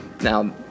Now